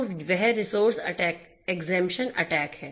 तो वह resource exemption attack है